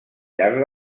llarg